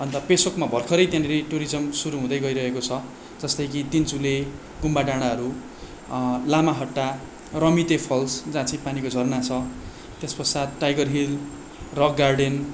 अन्त पेसोकमा भर्खरै त्यहाँनिर टुरिज्म सुरु हुँदै गइरहेको छ जस्तै कि तिनचुले गुम्बा डाँडाहरू लामाहट्टा रमिते फल्स जहाँ चाहिँ पानीको झरना छ त्यस पश्चात टाइगर हिल रक गार्डन